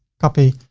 copy,